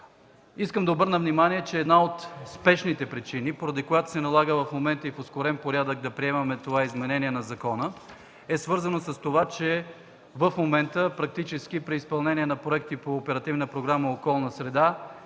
Искам да обърна внимание, че една от спешните причини, поради която се налага в момента и в ускорен порядък да приемаме това изменение на закона, е свързана с това, че в момента практически при изпълнение на проекти по Оперативна програма „Околна среда”